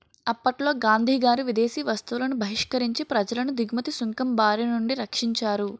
అప్పట్లో గాంధీగారు విదేశీ వస్తువులను బహిష్కరించి ప్రజలను దిగుమతి సుంకం బారినుండి రక్షించారు